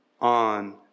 on